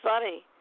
funny